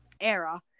era